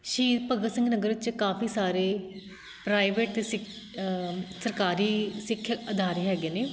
ਸ਼ਹੀਦ ਭਗਤ ਸਿੰਘ ਨਗਰ ਵਿੱਚ ਕਾਫੀ ਸਾਰੇ ਪ੍ਰਾਈਵੇਟ ਅਤੇ ਸਿਖ ਸਰਕਾਰੀ ਸਿੱਖਿਅਕ ਅਦਾਰੇ ਹੈਗੇ ਨੇ